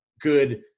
good